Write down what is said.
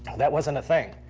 that wasn't a thing.